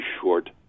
short